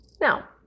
Now